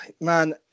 man